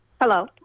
Hello